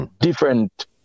different